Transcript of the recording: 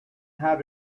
how